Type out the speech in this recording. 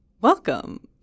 Welcome